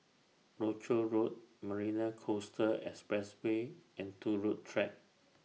Rochor Road Marina Coastal Expressway and Turut Track